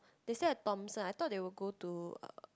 they stay at Thomson I thought they will go to